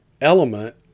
element